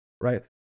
Right